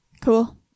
Cool